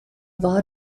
war